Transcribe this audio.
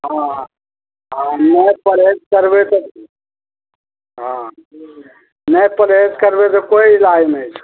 हम अहाँ हम नहि परहेज करबै तऽ की हँ नहि परहेज करबै तऽ कोइ इलाज नहि छै